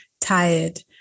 tired